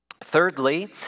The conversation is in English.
Thirdly